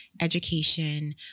education